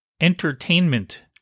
entertainment